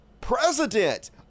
president